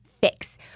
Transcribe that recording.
fix